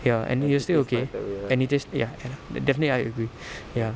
ya they're still okay and it tastes ya ya definitely I agree ya